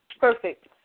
perfect